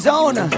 Zone